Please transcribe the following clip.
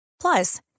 Plus